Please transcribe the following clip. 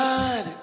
God